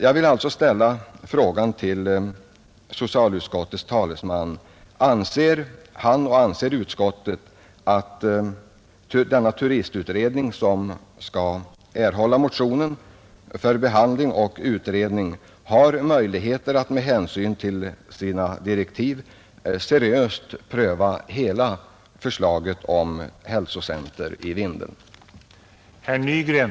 Jag vill alltså ställa frågan till socialutskottets talesman: Anser utskottet att denna turistutredning, som föreslås erhålla motionen för behandling och utredning, med hänsyn till sina direktiv har möjligheter att seriöst pröva hela förslaget om ett hälsocentrum i Vindeln?